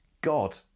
God